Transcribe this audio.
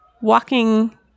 walking